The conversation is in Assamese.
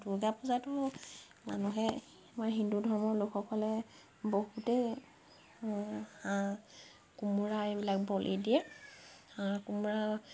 দুৰ্গা পূজাটো মানুহে আমাৰ হিন্দু ধৰ্মৰ লোকসকলে বহুতেই হাঁহ কোমোৰা এইবিলাক বলি দিয়ে হাঁহ কোমোৰা